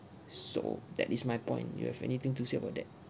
so that is my point you have anything to say about that